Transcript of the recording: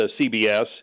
CBS